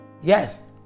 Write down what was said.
Yes